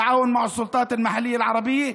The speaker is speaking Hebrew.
בשיתוף פעולה עם הרשויות המקומיות הערביות.